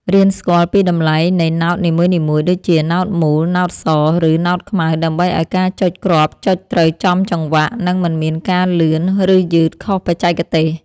រៀនស្គាល់ពីតម្លៃនៃណោតនីមួយៗដូចជាណោតមូល ណោតស ឬណោតខ្មៅដើម្បីឱ្យការចុចគ្រាប់ចុចត្រូវចំចង្វាក់ និងមិនមានការលឿន ឬយឺតខុសបច្ចេកទេស។